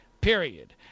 period